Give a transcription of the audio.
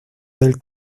del